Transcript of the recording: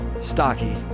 stocky